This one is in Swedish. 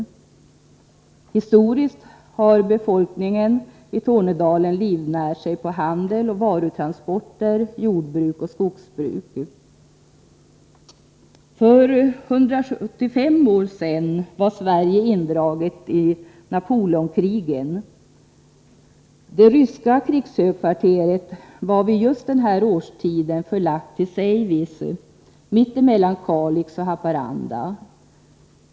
I historisk tid har befolkningen i Tornedalen livnärt sig på handel och varutransporter, jordbruk och skogsbruk. För 175 år sedan var Sverige indraget i Napoleonkrigen. Det ryska krigshögkvarteret var vid just den här årstiden förlagt till Säivis, mitt emellan Kalix och Haparanda.